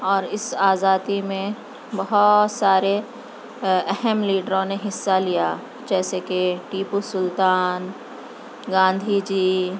اور اس آزادی میں بہت سارے اہم لیڈروں نے حصہ لیا جیسے کہ ٹیپو سلطان گاندھی جی